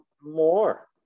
more